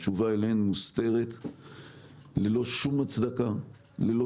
התשובה להן מוסתרת ללא שום הצדקה וללא